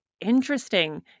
interesting